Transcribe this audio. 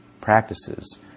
practices